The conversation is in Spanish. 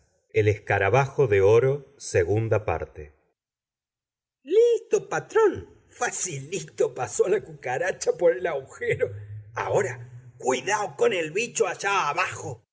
el otro extremo listo patrón fasilito pasó la cucaracha por el aujero aora cuidao con el bicho ayá abajo